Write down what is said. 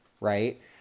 right